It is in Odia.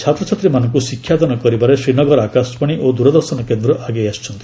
ଛାତ୍ରଛାତ୍ରୀମାନଙ୍କୁ ଶିକ୍ଷାଦାନ କରିବାରେ ଶ୍ରୀନଗର ଆକାଶବାଣୀ ଓ ଦୂରଦର୍ଶନ କେନ୍ଦ୍ର ଆଗେଇ ଆସିଛନ୍ତି